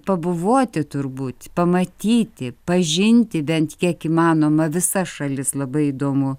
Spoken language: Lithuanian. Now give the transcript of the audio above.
pabuvoti turbūt pamatyti pažinti bent kiek įmanoma visas šalis labai įdomu